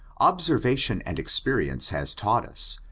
observation and experience has taught us,